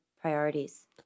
priorities